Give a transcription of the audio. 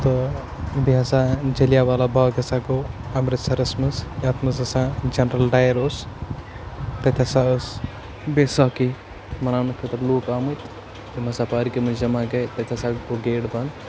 تہٕ بیٚیہِ ہَسا جٔلیا والا باغ ہَسا گوٚو اَمرِتسَرَس منٛز یَتھ منٛز ہَسا جَنرَل ڈایَر اوس تَتہِ ہَسا ٲس بیساکی مَناونہٕ خٲطرٕ لوٗکھ آمٕتۍ یِم ہَسا پارکہِ منٛز جمع گٔے تَتہِ ہَسا گوٚو گیٹ بنٛد